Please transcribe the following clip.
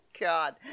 God